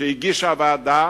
שהגישה הוועדה,